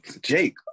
Jake